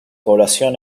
población